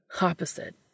Opposite